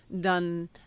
done